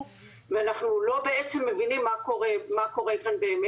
ואנחנו בעצם לא מבינים מה קורה כאן באמת.